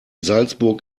salzburg